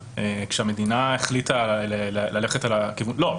שכשהמדינה החליטה ללכת על הכיוון של --- לא,